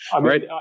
Right